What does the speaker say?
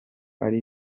ari